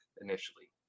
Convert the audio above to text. initially